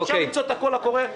ואפשר למצוא את הקול הקורא.